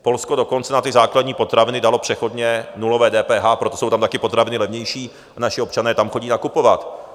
Polsko dokonce na ty základní potraviny dalo přechodně nulové DPH, proto jsou tam také potraviny levnější, naši občané tam chodí nakupovat.